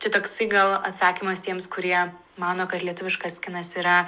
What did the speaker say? čia toksai gal atsakymas tiems kurie mano kad lietuviškas kinas yra